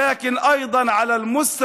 אבל גם בהיבט